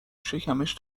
شکمش